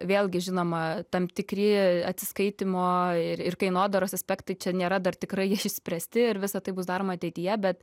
vėlgi žinoma tam tikri atsiskaitymo ir ir kainodaros aspektai čia nėra dar tikrai išspręsti ir visa tai bus daroma ateityje bet